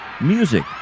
music